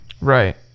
Right